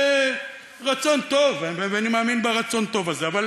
זה רצון טוב, ואני מאמין ברצון טוב הזה, אבל